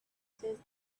says